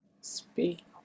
speak